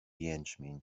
jęczmień